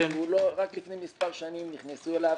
רק לפני כמה שנים נכנסו אליו,